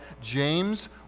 James